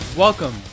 Welcome